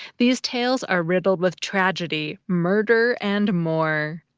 these tales are riddled with tragedy, murder, and more.